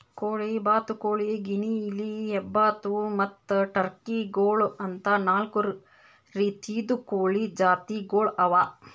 ಕೋಳಿ, ಬಾತುಕೋಳಿ, ಗಿನಿಯಿಲಿ, ಹೆಬ್ಬಾತು ಮತ್ತ್ ಟರ್ಕಿ ಗೋಳು ಅಂತಾ ನಾಲ್ಕು ರೀತಿದು ಕೋಳಿ ಜಾತಿಗೊಳ್ ಅವಾ